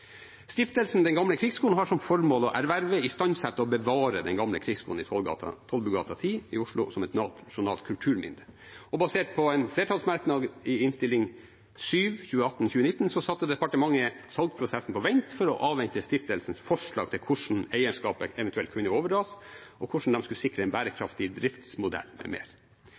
Stiftelsen Den Gamle Krigsskole har som formål å erverve, istandsette og bevare Den Gamle Krigsskole i Tollbugata 10 i Oslo som et nasjonalt kulturminne. Basert på en flertallsmerknad i Innst. 7 S for 2018–2019 satte departementet salgsprosessen på vent for å avvente stiftelsens forslag til hvordan eierskapet eventuelt kunne overdras, hvordan de skulle sikre en bærekraftig driftsmodell,